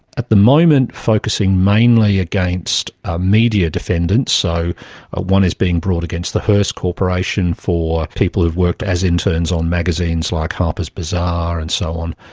at the moment focusing mainly against ah media defendants. so ah one is being brought against the hearst corporation for people who have worked as interns on magazines like harpers bazaar and so on,